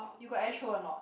you got airshow or not